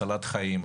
הצלת חיים,